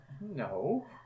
No